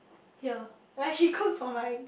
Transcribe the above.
here like she cooks for my